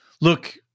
look